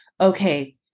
okay